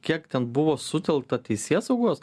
kiek ten buvo sutelkta teisėsaugos